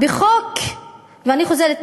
ואני חוזרת,